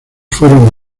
fueron